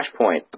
Flashpoint